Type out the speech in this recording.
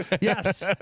Yes